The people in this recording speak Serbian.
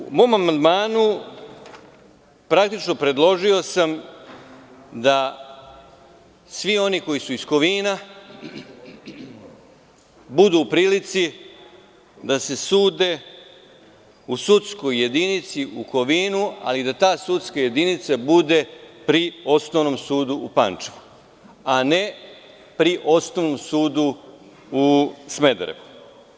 Naime, u mom amandmanu, praktično, sam predložio da svi oni koji su iz Kovina budu u prilici da se sude u sudskoj jedinici u Kovinu, ali da ta sudska jedinica bude pri Osnovnom sudu u Pančevu, a ne pri osnovnom sudu u Smederevu.